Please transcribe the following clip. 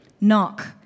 knock